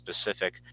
specific